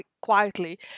quietly